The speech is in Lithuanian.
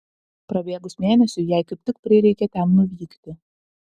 prabėgus mėnesiui jai kaip tik prireikė ten nuvykti